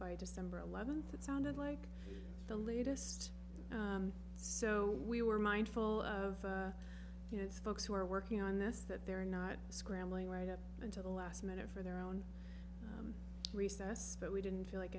by december eleventh that sounded like the latest so we were mindful of you know it's folks who are working on this that they're not scrambling right up until the last minute for their own recess but we didn't feel like